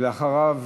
אחריו,